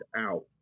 out